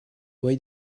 why